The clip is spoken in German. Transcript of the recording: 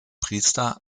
priester